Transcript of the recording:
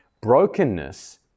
Brokenness